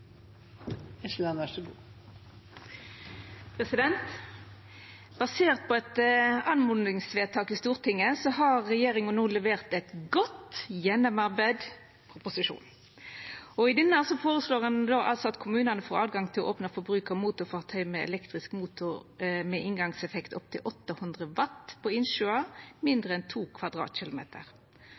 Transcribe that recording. Basert på eit oppmodingsvedtak i Stortinget har regjeringa no levert ein godt gjennomarbeidd proposisjon. Der vert det føreslått at kommunane får høve til å opna for bruk av motorfartøy med elektrisk motor med inngangseffekt opptil 800 W på innsjøar som er mindre enn